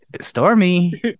Stormy